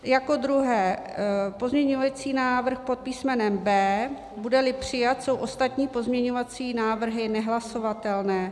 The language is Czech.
Jako druhé pozměňující návrh pod písmenem B, budeli přijat, jsou ostatní pozměňovací návrhy nehlasovatelné.